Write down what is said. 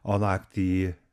o naktį